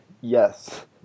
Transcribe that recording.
Yes